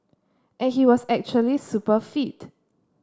and he was actually super fit